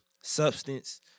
substance